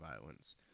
violence